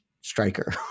striker